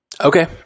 Okay